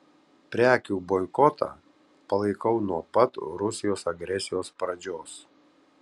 prekių boikotą palaikau nuo pat rusijos agresijos pradžios